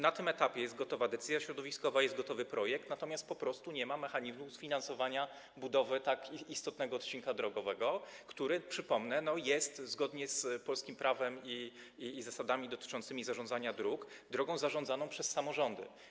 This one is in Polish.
Na tym etapie jest już gotowa decyzja środowiskowa, jest gotowy projekt, natomiast po prostu nie ma mechanizmu finansowania budowy tak istotnego odcinka drogowego, który jest, zgodnie z polskim prawem i zasadami dotyczącymi zarządzania dróg, drogą zarządzaną przez samorządy.